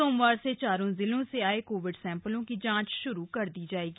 सोमवार से चारों जिले से थ ये कोविड सम्मपलों की जांच श्रू कर दी जाएगी